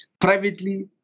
privately